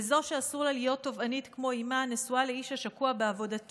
וזו שאסור לה להיות תובענית כמו אימה נשואה לאיש השקוע בעבודתו.